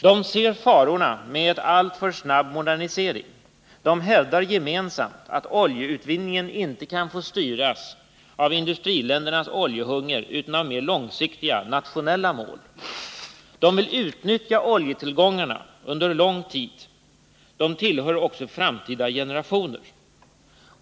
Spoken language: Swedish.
De ser farorna med alltför snabb modernisering. De hävdar gemensamt att oljeutvinningen inte kan få styras av industriländernas oljehunger utan av mer långsiktiga nationella mål. De vill utnyttja oljetillgångarna under lång tid; de tillhör också framtida generationer.